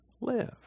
live